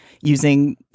using